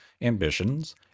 ambitions